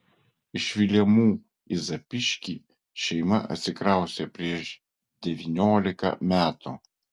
iš vilemų į zapyškį šeima atsikraustė prieš devyniolika metų